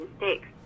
mistakes